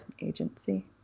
agency